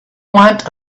want